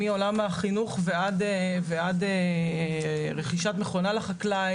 מעולם החינוך ועד רכישת מכונה לחקלאי,